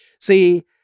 See